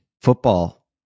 Football